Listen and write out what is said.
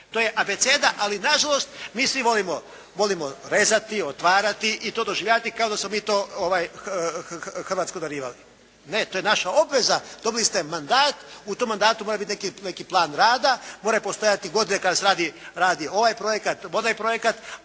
To je abeceda, ali nažalost mi svi volimo rezati, otvarati i to doživljavati kao da smo mi to Hrvatsku darivali. Ne, to je naša obveza. Dobili ste mandat, u tom mandatu mora biti neki plan rada, moraju postojati godine kada se radi ovaj projekat, onaj projekat.